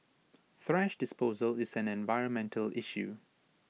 thrash disposal is an environmental issue